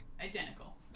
Identical